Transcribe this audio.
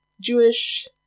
Jewish